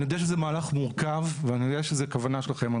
אני יודע שזה מהלך מורכב ואני יודע שזה הכוונה שלכם.